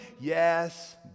Yes